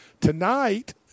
Tonight